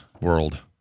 world